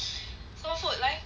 so food 来跟我 share